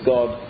God